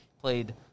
played –